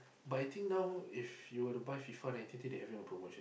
but I think now if you were to buy FIFA Nineteen they having a promotion